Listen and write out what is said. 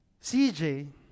CJ